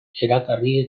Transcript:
erakarri